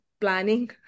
planning